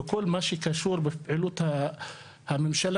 וכל מה שקשור בפעילות הממשלה.